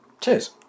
Cheers